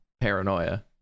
paranoia